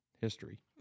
history